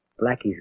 Blackie's